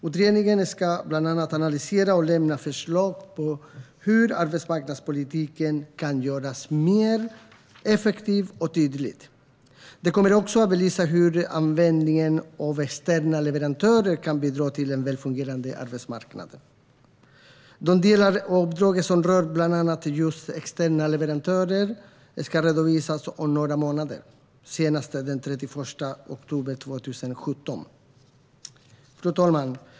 Utredningen ska bland annat analysera och lämna förslag på hur arbetsmarknadspolitiken kan göras effektivare och tydligare. Den kommer också att belysa hur användningen av externa leverantörer kan bidra till en välfungerande arbetsmarknad. De delar av uppdraget som rör bland annat just externa leverantörer ska redovisas om några månader, senast den 31 oktober 2017. Fru talman!